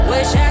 Wish